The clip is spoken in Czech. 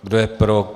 Kdo je pro?